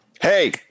hey